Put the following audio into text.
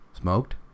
smoked